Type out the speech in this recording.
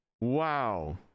wow